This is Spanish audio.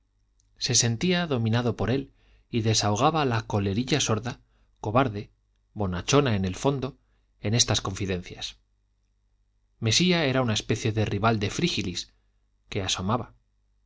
se sentía dominado por él y desahogaba la colerilla sorda cobarde bonachona en el fondo en estas confidencias mesía era una especie de rival de frígilis que asomaba